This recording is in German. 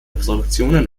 produktionen